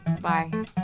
bye